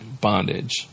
bondage